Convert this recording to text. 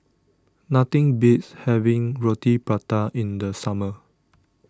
nothing beats having Roti Prata in the summer